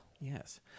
Yes